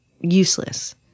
useless